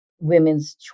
women's